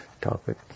topic